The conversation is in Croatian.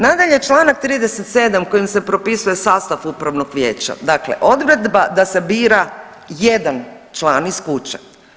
Nadalje, čl. 37. kojim se propisuje sastav upravnog vijeća dakle, odredba da se bira jedan član iz kuće.